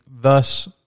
thus